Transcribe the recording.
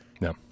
No